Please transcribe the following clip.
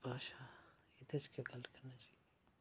भाशा एह्दे च गै गल्ल करनी चाहिदी